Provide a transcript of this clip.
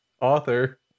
author